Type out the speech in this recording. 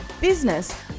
business